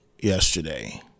Yesterday